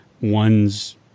one's